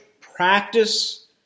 practice